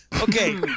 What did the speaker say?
Okay